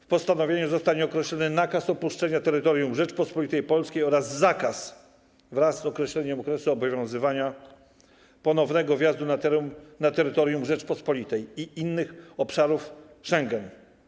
W postanowieniu zostanie określony nakaz opuszczenia terytorium Rzeczypospolitej Polskiej oraz zakaz, wraz z określeniem okresu obowiązywania, ponownego wjazdu na teren, na terytorium Rzeczypospolitej i innych obszarów Schengen.